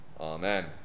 Amen